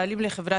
נכון